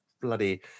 bloody